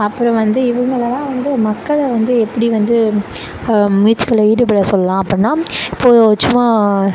அப்புறோம் வந்து இவங்களல்லாம் வந்து மக்களை வந்து எப்படி வந்து முயற்சிகளை ஈடுபட சொல்லலாம் அப்படின்னா இப்போ சும்மா